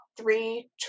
three